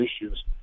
issues